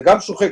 זה גם שוחק.